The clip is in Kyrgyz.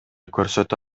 көрсөтө